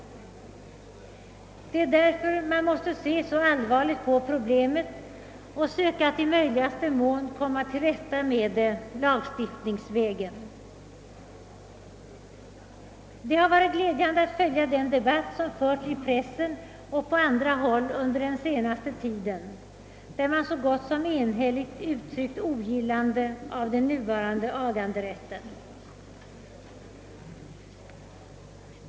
Det är av den anledningen man måste se så allvarligt på problemet och söka att i möjligaste mån komma till rätta med det lagstiftningsvägen. Det har varit glädjande att följa den debatt som förts i pressen och på andra håll under den senaste tiden, där man så gott som enhälligt uttryckt ogillande av den nuvarande aganderätten.